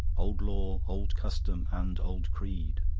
old law, old custom, and old creed,